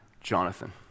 Jonathan